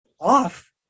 off